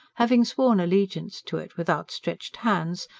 having sworn allegiance to it with outstretched hands,